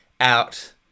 out